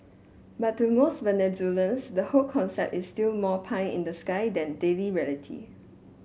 but to most Venezuelans the whole concept is still more pie in the sky than daily reality